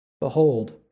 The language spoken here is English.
Behold